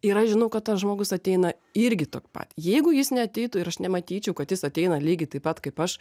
ir aš žinau kad tas žmogus ateina irgi tok pat jeigu jis neateitų ir aš nematyčiau kad jis ateina lygiai taip pat kaip aš